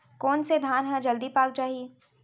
कोन से धान ह जलदी पाक जाही?